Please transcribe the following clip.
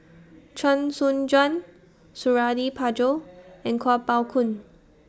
Chee Soon Juan Suradi Parjo and Kuo Pao Kun